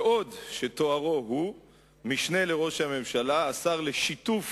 בעוד תוארו הוא "המשנה לראש הממשלה, השר לשיתוף